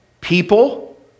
People